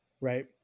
Right